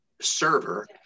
server